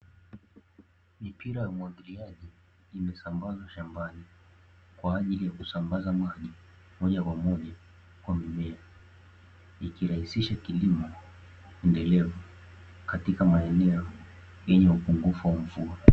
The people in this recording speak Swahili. Mipira ya umwagiliaji imesambazwa shambani kwa ajili ya kusambaza maji moja kwa moja kwa mimea, ikirahisisha kilimo endelevu katika maeneo yenye upungufu wa mvua.